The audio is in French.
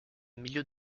milieu